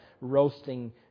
roasting